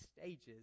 stages